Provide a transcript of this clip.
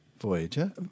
Voyager